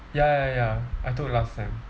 ya ya ya I took last sem